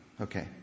Okay